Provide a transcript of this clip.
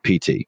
PT